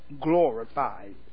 glorified